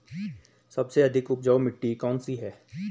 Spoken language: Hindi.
सबसे अधिक उपजाऊ मिट्टी कौन सी है?